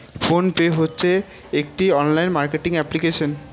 phone pay হচ্ছে একটি online marketing application